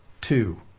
two